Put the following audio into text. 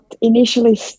initially